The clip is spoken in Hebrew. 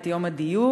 את יום הדיור.